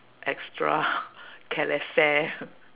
extra calefare